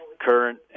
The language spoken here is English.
current